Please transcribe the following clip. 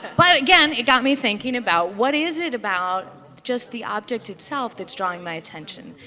but again, it got me thinking about what is it about just the object itself that's drawing my attention.